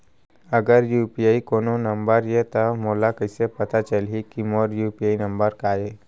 अगर यू.पी.आई कोनो नंबर ये त मोला कइसे पता चलही कि मोर यू.पी.आई नंबर का ये?